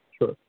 Sure